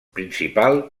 principal